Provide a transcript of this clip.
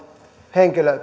henkilö